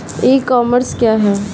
ई commerce क्या है?